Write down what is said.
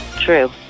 True